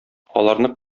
аларны